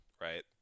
right